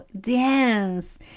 dance